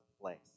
place